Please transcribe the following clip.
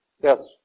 Yes